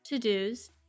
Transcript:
to-dos